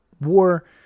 war